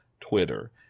Twitter